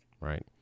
right